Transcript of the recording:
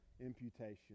imputation